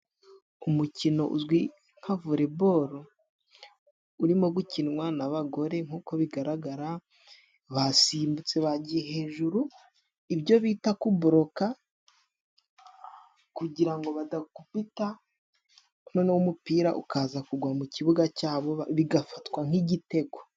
Umukino uzwi nka volebolo urimo gukinwa n'abagore nk'uko bigaragara, basimbutse bagiye hejuru, ibyo bita kuboroka, kugira ngo badakubita noneho umupira ukaza kugwa mu ikibuga cyabo bigafatwa nk'igitego.